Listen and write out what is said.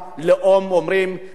אומרים: קבלו אותנו,